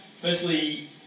Firstly